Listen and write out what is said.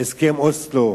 הסכם אוסלו,